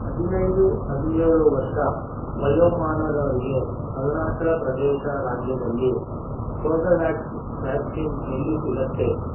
ಹದಿನೈದು ಹದಿನೇಳು ವರ್ಷ ವಯೋಮಾನದವರಿಗೆ ಅರುಣಾಚಲ್ ಪ್ರದೇಶ್ ರಾಜ್ಯದಲ್ಲಿ ಕೋರ್ಬೆವ್ಯಾಕ್ಸ್ ವ್ಯಾಕ್ಸಿನ್ ಎಲ್ಲಿ ಸಿಗುತ್ತೆ